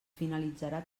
finalitzarà